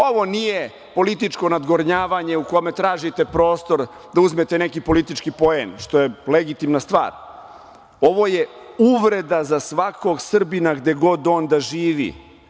Ovo nije političko nadgornjavanje u kome tražite prostor da uzmete neki politički poen, što je legitimna stvar, ovo je uvreda za svakog Srbija gde god on da živi.